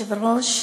אדוני היושב-ראש,